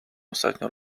ostatnio